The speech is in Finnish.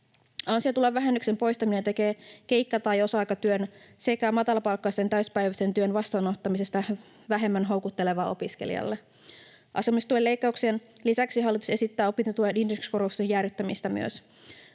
Ansiotulovähennyksen poistaminen tekee keikka- tai osa-aikatyön sekä matalapalkkaisen täyspäiväisen työn vastaanottamisesta vähemmän houkuttelevaa opiskelijalle. Asumistuen leikkauksien lisäksi hallitus esittää myös opintotuen indeksikorotusten jäädyttämistä.